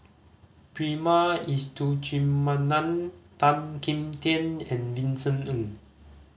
Prema Letchumanan Tan Kim Tian and Vincent Ng